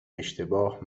اشتباه